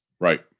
right